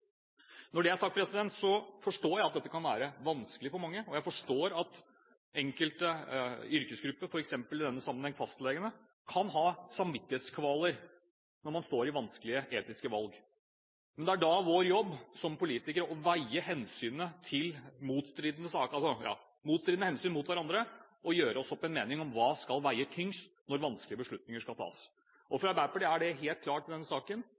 Når det er sagt, forstår jeg at dette kan være vanskelig for mange, og jeg forstår at enkelte yrkesgrupper, f.eks. i denne sammenheng fastlegene, kan ha samvittighetskvaler når man står i vanskelige etiske valg. Det er da vår jobb som politikere å veie motstridende hensyn mot hverandre og gjøre oss opp en mening om hva som skal veie tyngst når vanskelige beslutninger skal tas. For Arbeiderpartiet er det i denne saken helt klart